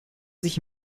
sich